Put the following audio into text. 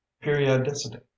periodicity